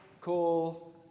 call